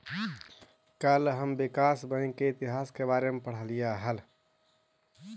कल हम विकास बैंक के इतिहास के बारे में पढ़लियई हल